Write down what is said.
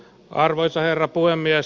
arvoisa herra puhemies